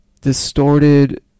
distorted